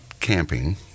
camping